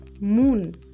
moon